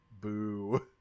Boo